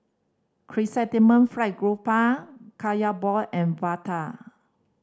Chrysanthemum Fried Garoupa Kaya ball and vada